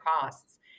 costs